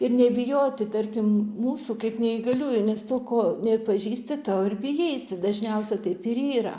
ir nebijoti tarkim mūsų kaip neįgaliųjų nes to ko nepažįsti to ir bijaisi dažniausia taip ir yra